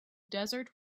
desert